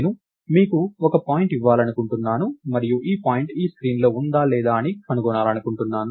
నేను మీకు ఒక పాయింట్ ఇవ్వాలనుకుంటున్నాను మరియు ఈ పాయింట్ ఈ స్క్రీన్లో ఉందా లేదా అని కనుగొనాలనుకుంటున్నాను